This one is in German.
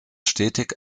stetig